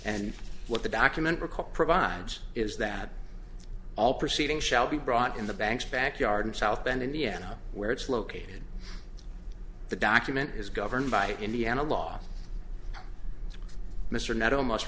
and what the document recall provides is that all proceedings shall be brought in the bank's backyard in south bend indiana where it's located the document is governed by indiana law mr net